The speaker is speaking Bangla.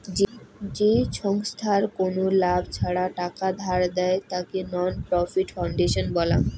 যে ছংস্থার কোনো লাভ ছাড়া টাকা ধার দেয়, তাকে নন প্রফিট ফাউন্ডেশন বলাঙ্গ